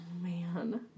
man